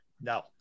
No